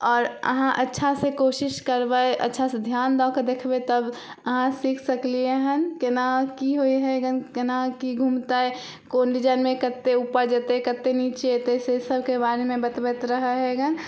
आओर अहाँ अच्छासँ कोशिश करबय अच्छासँ ध्यान देके देखबय तब अहाँ सीख सकलियै हन केना की होइ हइ केना की घूमतै कोन डिजाइमे कते उपर जेतय कते नीचे औतय से सबके बारेमे बतबैत रहऽ हइ गन